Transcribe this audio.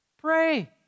Pray